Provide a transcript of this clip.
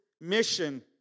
mission